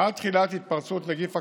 מאז תחילת התפרצות נגיף הקורונה,